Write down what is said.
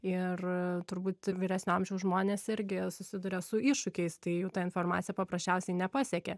ir turbūt vyresnio amžiaus žmonės irgi susiduria su iššūkiais tai jų ta informacija paprasčiausiai nepasiekia